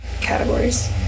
Categories